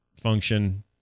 function